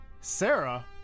Sarah